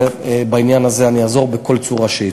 ובעניין הזה אעזור בכל צורה שהיא.